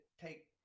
take